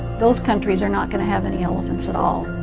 those countries are not going to have any elephants at all.